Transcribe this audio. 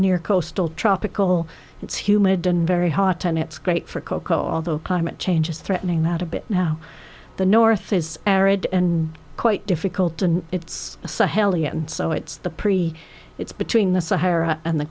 near coastal tropical it's humid and very hot and it's great for cocoa although climate change is threatening that a bit now the north is arid and quite difficult and it's such a hell and so it's the pre it's between the sahara and the